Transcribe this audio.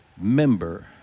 member